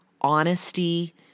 honesty